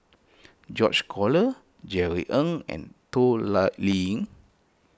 George Collyer Jerry Ng and Toh lie Liying